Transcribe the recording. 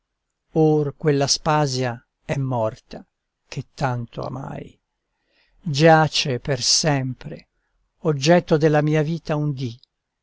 l'ascolta or quell'aspasia è morta che tanto amai giace per sempre oggetto della mia vita un dì